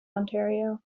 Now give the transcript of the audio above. ontario